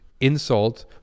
insult